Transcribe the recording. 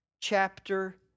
chapter